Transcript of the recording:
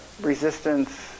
resistance